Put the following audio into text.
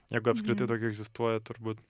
jeigu apskritai tokia egzistuoja turbūt